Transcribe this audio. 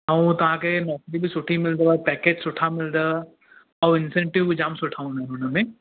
ऐं तव्हांखे नौकिरी बि सुठी मिलंदव पैकेज सुठा मिलंदव ऐं इनसेंटिव बि जाम सुठा हूंदा आहिनि हुनमें